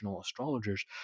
astrologers